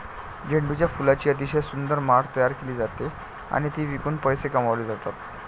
झेंडूच्या फुलांची अतिशय सुंदर माळ तयार केली जाते आणि ती विकून पैसे कमावले जातात